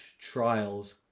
trials